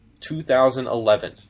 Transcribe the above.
2011